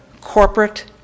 corporate